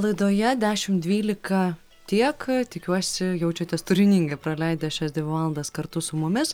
laidoje dešim dvylika tiek tikiuosi jaučiatės turiningai praleidę šias dvi valandas kartu su mumis